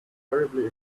terribly